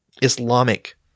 Islamic